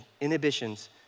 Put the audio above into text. inhibitions